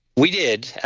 we did.